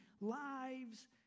lives